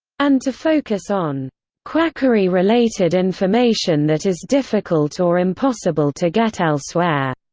and to focus on quackery-related information that is difficult or impossible to get elsewhere.